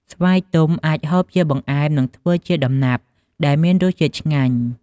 ស្វាយទុំអាចហូបជាបង្អែមនិងធ្វើដំណាប់ដែលមានរសជាតិឆ្ងាញ់។